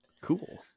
Cool